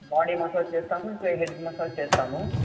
body massage చేస్తాము ఇంకా head massage చేస్తాము